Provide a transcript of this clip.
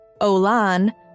Olan